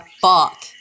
fuck